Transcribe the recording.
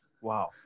Wow